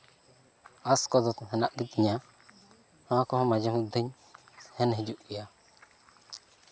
ᱟᱸᱥ ᱠᱚᱫᱚ ᱢᱮᱱᱟᱜ ᱜᱮᱛᱤᱧᱟ ᱱᱚᱣᱟ ᱠᱚᱦᱚᱸ ᱢᱟᱡᱷᱮ ᱢᱚᱫᱽᱫᱷᱮᱧ ᱥᱮᱱ ᱦᱤᱡᱩᱜ ᱜᱮᱭᱟ